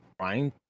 trying